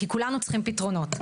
כי כולנו צריכים פתרונות.